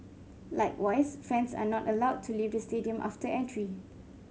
likewise fans are not allowed to leave the stadium after entry